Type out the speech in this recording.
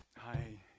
hi,